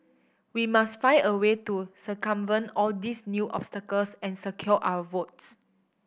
we must find a way to circumvent all these new obstacles and secure our votes